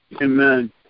Amen